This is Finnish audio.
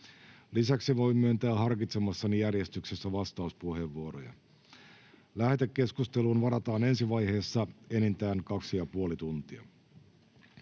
Lisäksi voin myöntää harkitsemassani järjestyksessä vastauspuheenvuoroja. Lähetekeskusteluun varataan ensi vaiheessa enintään kaksi